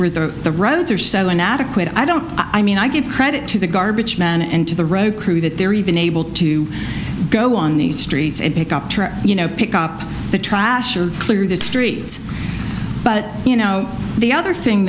where the the roads are seven adequate i don't i mean i give credit to the garbage man and to the road crew that they're even able to go on the streets and pick up trash you know pick up the trash or clear the streets but you know the other thing